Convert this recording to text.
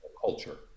culture